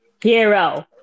Hero